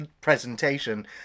presentation